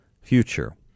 future